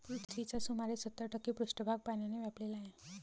पृथ्वीचा सुमारे सत्तर टक्के पृष्ठभाग पाण्याने व्यापलेला आहे